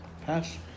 Pass